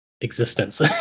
existence